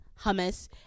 hummus